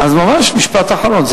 ממש משפט אחרון,